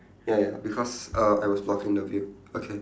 ya ya because err I was blocking the view okay